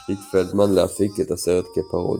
החליט פלדמן להפיק את הסרט כפרודיה.